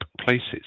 places